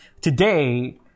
today